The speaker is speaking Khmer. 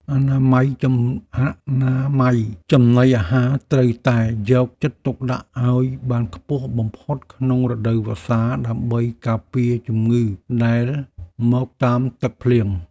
អនាម័យចំណីអាហារត្រូវតែយកចិត្តទុកដាក់ឱ្យបានខ្ពស់បំផុតក្នុងរដូវវស្សាដើម្បីការពារជំងឺដែលមកតាមទឹកភ្លៀង។